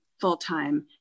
full-time